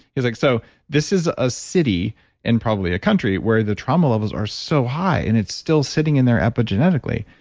he was like, so this is a city and probably a country where the trauma levels are so high and it's still sitting in there epigenetically.